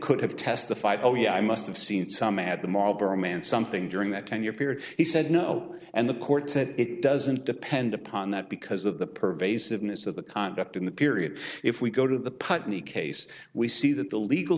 could have testified oh yeah i must have seen some at the marlboro man something during that ten year period he said no and the court said it doesn't depend upon that because of the pervasiveness of the conduct in the period if we go to the putney case we see that the legal